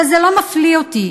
אבל זה לא מפליא אותי,